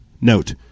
Note